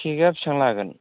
cake आ बेसेबां लागोन